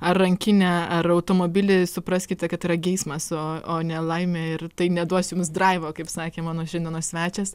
ar rankinę ar automobilį supraskite kad yra geismas o o ne laimė ir tai neduos jums draivo kaip sakė mano šiandienos svečias